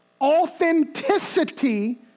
authenticity